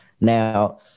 Now